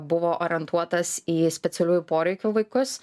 buvo orientuotas į specialiųjų poreikių vaikus